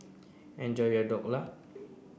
enjoy your Dhokla